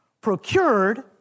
procured